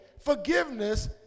Forgiveness